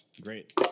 Great